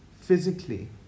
physically